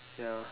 ya